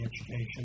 education